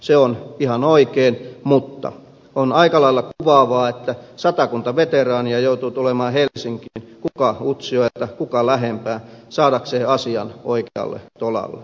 se on ihan oikein mutta on aika lailla kuvaavaa että satakunta veteraania joutui tulemaan helsinkiin kuka utsjoelta kuka lähempää saadakseen asian oikealle tolalle